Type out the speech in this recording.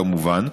כמובן.